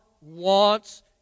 wants